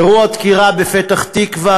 אירוע הדקירה בפתח-תקווה,